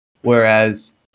Whereas